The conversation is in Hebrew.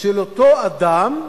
של אותו אדם,